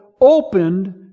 opened